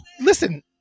Listen